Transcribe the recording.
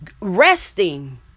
resting